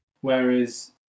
Whereas